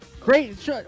Great